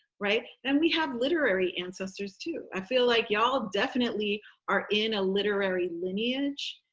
right? and we have literary ancestors, too. i feel like y'all definitely are in a literary lineage.